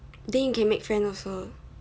then you can make friend also